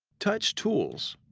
touch tools.